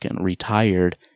retired